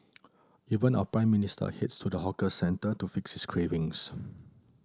even our Prime Minister heads to the hawker centre to fix his cravings